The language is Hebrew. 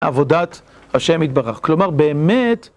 עבודת ה', התברך. כלומר, באמת